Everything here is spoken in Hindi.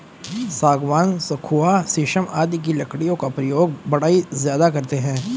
सागवान, सखुआ शीशम आदि की लकड़ियों का प्रयोग बढ़ई ज्यादा करते हैं